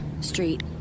street